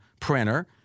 printer